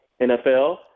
NFL